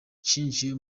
cyinjiye